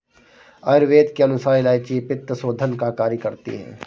आयुर्वेद के अनुसार इलायची पित्तशोधन का कार्य करती है